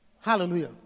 Hallelujah